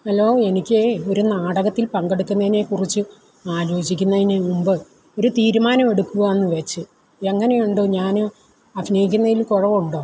hello എനിക്ക് ഒരു നാടകത്തില് പങ്കെടുക്കുന്നതിനെ കുറിച്ച് ആലോചിക്കുന്നതിന് മുമ്പ് ഒരു തീരുമാനമെടുക്കുവാന്നു വെച്ച് എങ്ങനെയുണ്ട് ഞാൻ അഭിനയിക്കുന്നതിൽ കുറവുണ്ടോ